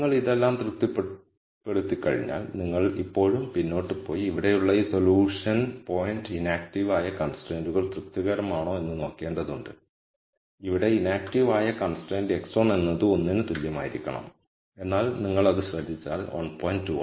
എന്നാൽ നിങ്ങൾ ഇതെല്ലാം തൃപ്തിപ്പെടുത്തിക്കഴിഞ്ഞാൽ നിങ്ങൾ ഇപ്പോഴും പിന്നോട്ട് പോയി ഇവിടെയുള്ള ഈ സൊല്യൂഷൻ പോയിന്റ് ഇനാക്ടീവ് ആയ കൺസ്ട്രൈന്റുകൾ തൃപ്തികരമാണോ എന്ന് നോക്കേണ്ടതുണ്ട് ഇവിടെ ഇനാക്ടീവ് ആയ കൺസ്ട്രൈന്റ് x1 എന്നത് 1 ന് തുല്യമായിരിക്കണം എന്നാൽ നിങ്ങൾ അത് ശ്രദ്ധിച്ചാൽ 1